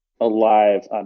alive